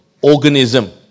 organism